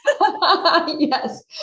Yes